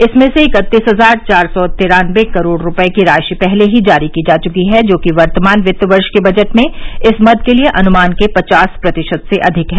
इसमें से इकत्तीस हजार चार सौ तिरानबे करोड़ रुपये की राशि पहले ही जारी की जा चुकी है जो कि वर्तमान वित्त वर्ष के बजट में इस मद के लिए अनुमान के पचास प्रतिशत से अधिक है